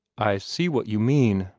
i see what you mean,